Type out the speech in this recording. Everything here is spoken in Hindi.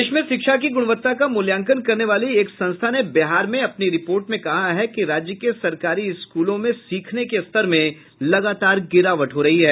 देश में शिक्षा की गुणवत्ता का मूल्यांकन करने वाली एक संस्था ने बिहार में अपनी रिपोर्ट में कहा है कि राज्य के सरकारी स्कूलों में सीखने के स्तर में लगातार गिरावट हो रही है